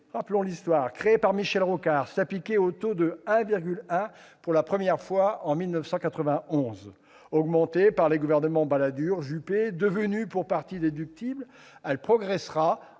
La CSG, créée par Michel Rocard, s'est appliquée au taux de 1,1 % pour la première fois en 1991. Augmentée par les gouvernements Balladur, puis Juppé, devenue pour partie déductible, elle progressera